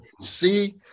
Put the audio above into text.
See